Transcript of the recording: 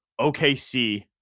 OKC